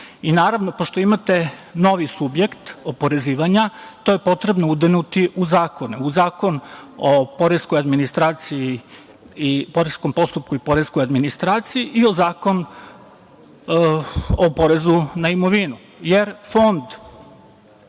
Naravno, pošto imate novi subjekt oporezivanja, to je potrebno udenuti u zakone, u Zakon o poreskom postupku i poreskoj administraciji i u Zakon o porezu na imovinu. Jer,